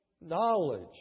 knowledge